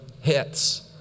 hits